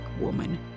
woman